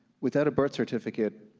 without a birth certificate,